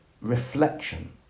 reflection